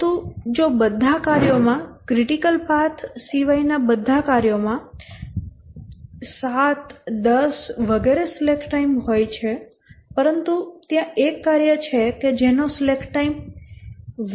પરંતુ જો બધા કાર્યોમાં ક્રિટિકલ પાથ સિવાયના બધા કાર્યોમાં 10 7 વગેરે સ્લેક ટાઇમ હોય છે પરંતુ ત્યાં એક કાર્ય છે જેનો સ્લેક ટાઇમ 1 છે